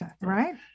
right